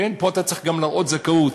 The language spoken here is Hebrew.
פה אתה גם צריך להראות זכאות.